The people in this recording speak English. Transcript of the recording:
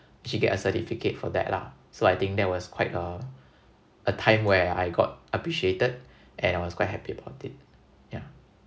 actually get a certificate for that lah so I think that was quite a a time where I got appreciated and I was quite happy about it yeah